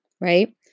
right